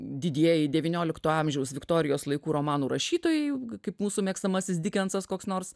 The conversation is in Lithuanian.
didieji devyniolikto amžiaus viktorijos laikų romanų rašytojai kaip mūsų mėgstamasis dikensas koks nors